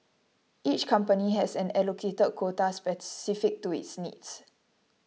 each company has an allocated quota specific to its needs